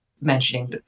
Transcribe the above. mentioning